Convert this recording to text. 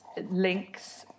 links